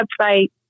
website